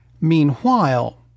Meanwhile